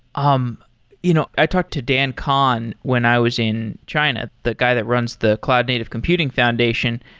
um you know i talked to dan kahn when i was in china, the guy that runs the cloud native computing foundation,